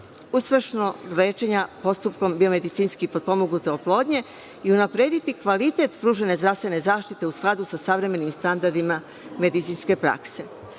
uspešnog lečenja postupkom biomedicinski potpomognute oplodnje i unaprediti kvalitet pružene zdravstvene zaštite u skladu sa savremenim standardima medicinske prakse.